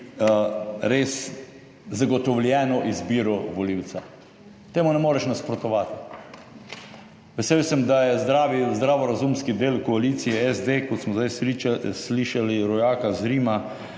res zagotovljeno izbiro volivca, temu ne moreš nasprotovati. Vesel sem, da je zdravorazumski del koalicije SD, kot smo zdaj slišali rojaka Zrima,